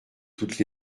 toutes